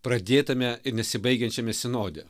pradėtame ir nesibaigiančiame sinode